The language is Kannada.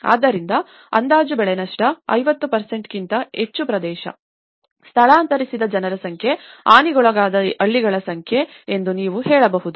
ಆದ್ದರಿಂದ ಅಂದಾಜು ಬೆಳೆ ನಷ್ಟ 50 ಕ್ಕಿಂತ ಹೆಚ್ಚು ಪ್ರದೇಶ ಸ್ಥಳಾಂತರಿಸಿದ ಜನರ ಸಂಖ್ಯೆ ಹಾನಿಗೊಳಗಾದ ಹಳ್ಳಿಗಳ ಸಂಖ್ಯೆ ಎಂದು ನೀವು ಹೇಳಬಹುದು